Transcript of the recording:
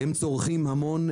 הם צורכים המון,